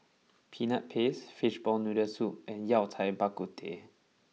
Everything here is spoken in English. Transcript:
Peanut Paste Fishball Noodle Soup and Yao Cai Bak Kut Teh